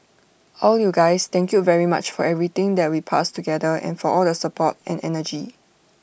all you guys thank you very much for everything that we passed together and for all the support and energy